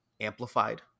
amplified